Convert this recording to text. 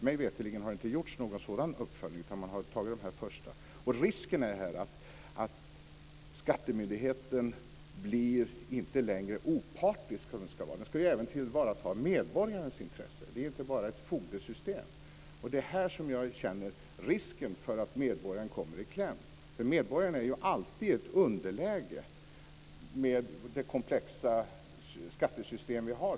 Mig veterligen har det inte gjorts någon sådan uppföljning, utan man har stannat vid första instans. Risken är här att skattemyndigheten inte längre blir opartisk, som den ska vara. Den ska även tillvarata medborgarnas intressen. Det är inte bara ett fogdesystem. Det är här jag känner risken för att medborgaren kommer i kläm. Medborgaren är ju alltid i ett underläge med det komplexa skattesystem vi har.